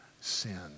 sin